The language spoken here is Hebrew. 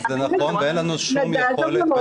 זה נכון ואין לנו שום יכולת,